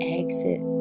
exit